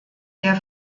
der